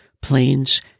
Planes